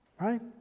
Right